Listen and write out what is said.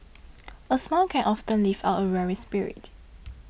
a smile can often lift up a weary spirit